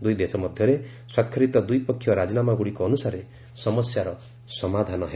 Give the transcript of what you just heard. ଦୁଇ ଦେଶ ମଧ୍ୟରେ ସ୍ୱାକ୍ଷରିତ ଦ୍ୱିପକ୍ଷିୟ ରାଜିନାମାଗୁଡ଼ିକ ଅନୁସାରେ ସମସ୍ୟାର ସମାଧାନ ହେବ